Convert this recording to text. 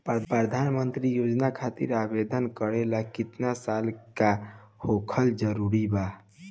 प्रधानमंत्री योजना खातिर आवेदन करे ला केतना साल क होखल जरूरी बा?